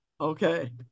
Okay